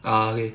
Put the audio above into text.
ah okay